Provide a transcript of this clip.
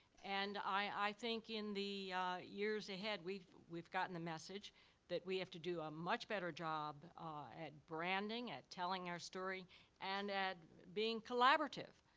and i think in the years ahead, we've we've gotten the message that we have to do a much better job at branding, at telling our story and at being collaborative.